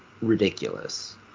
ridiculous